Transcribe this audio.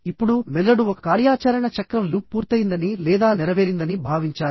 ఇప్పుడు మెదడు ఒక కార్యాచరణ చక్రం లూప్ పూర్తయిందని లేదా నెరవేరిందని భావించాలి